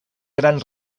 gran